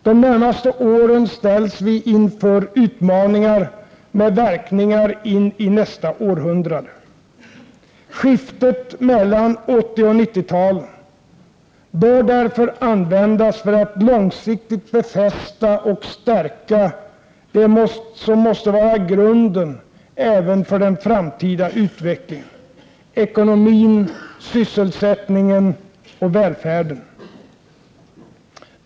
De närmaste åren ställs vi inför utmaningar med verkningar in i nästa århundrade. Skiftet mellan 80 och 90-talen bör därför användas för att långsiktigt befästa och stärka det som måste vara grunden även för den framtida utvecklingen: ekonomin, sysselsättningen och välfärden.